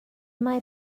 mae